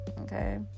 okay